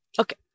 Okay